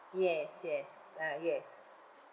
yes yes uh yes